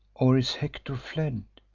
or is hector fled,